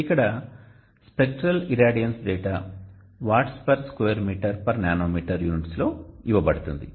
ఇక్కడ spectral irradiance data watts per square metre per nanometre units లో ఇవ్వబడింది